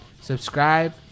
subscribe